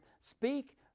speak